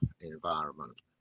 environment